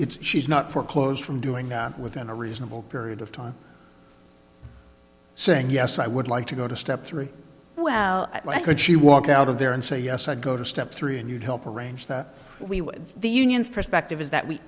it's she's not foreclosed from doing that within a reasonable period of time saying yes i would like to go to step three well i could she walk out of there and say yes i'd go to step three and you'd help arrange that we would the unions perspective is that we